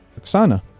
Oksana